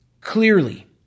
clearly